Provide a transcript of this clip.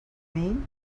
mean